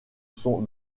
son